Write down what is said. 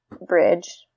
bridge